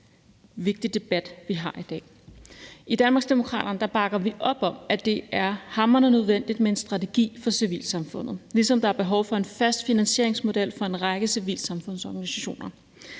vigtig debat, vi har i dag. I Danmarksdemokraterne bakker vi op om, at det er hamrende nødvendigt med en strategi for civilsamfundet, ligesom der er behov for en fast finansieringsmodel for en række civilsamfundsorganisationer.